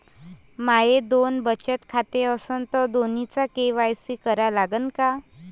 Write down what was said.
माये दोन बचत खाते असन तर दोन्हीचा के.वाय.सी करा लागन का?